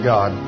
God